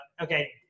Okay